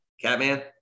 Catman